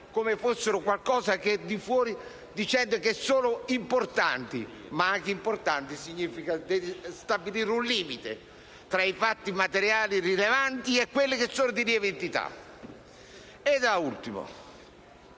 come fossero qualcosa che è al di fuori, dicendo che sono importanti: anche dire ciò significa stabilire un limite tra i fatti materiali rilevanti e quelli di lieve entità. Da ultimo,